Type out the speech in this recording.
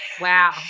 Wow